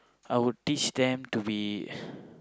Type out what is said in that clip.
I would teach them to be